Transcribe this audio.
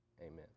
amen